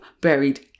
buried